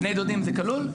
בני דודים זה כלול?